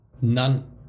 none